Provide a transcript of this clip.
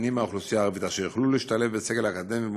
המצטיינים מהאוכלוסייה הערבית אשר יוכלו להשתלב בסגל האקדמי במוסדות,